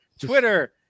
Twitter